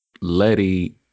Letty